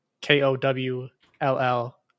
K-O-W-L-L